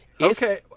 okay